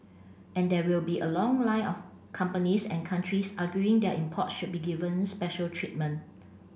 and there will be a long line of companies and countries arguing their imports should be given special treatment